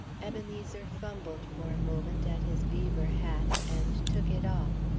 ebenezer fumbled for a moment at his beaver hat, and took it off.